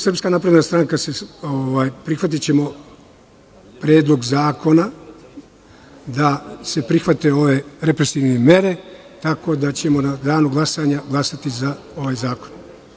Srpskanapredna stranka će prihvatiti Predlog zakona, da se prihvate ove represivne mere, tako da ćemo u Danu za glasanje glasati za ovaj zakon.